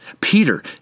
Peter